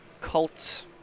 cult